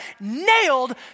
nailed